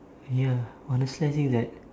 ya honestly I think that